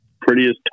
prettiest